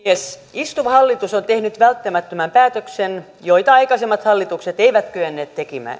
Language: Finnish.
istuva hallitus on tehnyt välttämättömän päätöksen jota aikaisemmat hallitukset eivät kyenneet